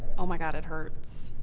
oh my god it hurts.